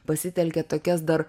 pasitelkiat tokias dar